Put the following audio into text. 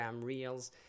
Reels